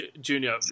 Junior